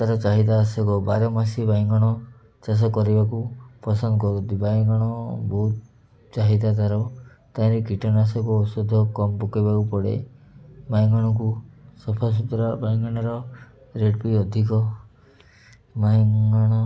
ଚାହିଦା ବାର ମାସୀ ବାଇଗଣ ଚାଷ କରିବାକୁ ପସନ୍ଦ କରନ୍ତି ବାଇଗଣ ବହୁତ ଚାହିଦା ତା'ର ତାହିଁ କୀଟନାଶକ ଔଷଧ କମ୍ ପକାଇବାକୁ ପଡ଼େ ବାଇଗଣକୁ ସଫା ସୁତୁରା ବାଇଗଣର ରେଟ୍ ବି ଅଧିକ ବାଇଗଣ